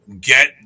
get